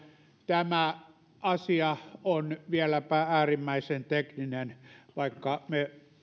tämä asia on vieläpä äärimmäisen tekninen vaikka me